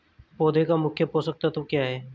पौधे का मुख्य पोषक तत्व क्या हैं?